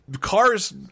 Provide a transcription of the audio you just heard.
Cars